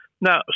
Now